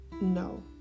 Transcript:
No